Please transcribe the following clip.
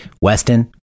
Weston